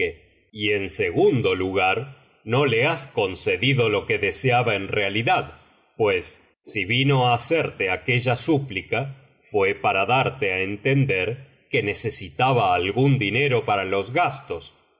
y en segundo lugar no le has concedido lo que deseaba en realidad f pues si vino á hacerte aquella súplica fué para darte á entender que necesitaba algún dinero para los gastos y